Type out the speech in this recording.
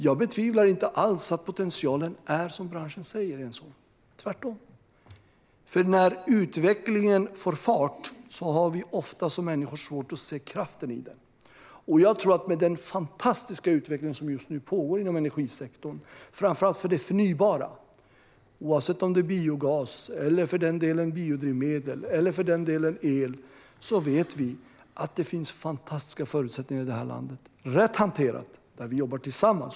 Jag betvivlar inte alls att potentialen är som branschen säger, Jens Holm - tvärtom. När utvecklingen får fart har vi som människor ofta svårt att se kraften i den. Med den fantastiska utveckling som just nu pågår inom energisektorn, framför allt för det förnybara, oavsett om det är biogas eller för den delen biodrivmedel eller el, vet vi att det rätt hanterat finns fantastiska förutsättningar i detta land när vi jobbar tillsammans.